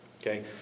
Okay